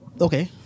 Okay